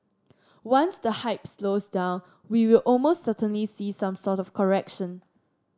once the hype slows down we will most certainly see some sort of correction